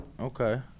Okay